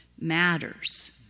matters